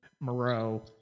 Moreau